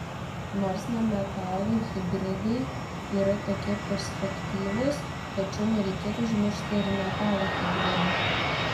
nors nemetalų hidridai yra tokie perspektyvūs tačiau nereikėtų užmiršti ir metalų hidridų